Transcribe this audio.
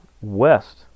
West